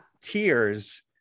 tears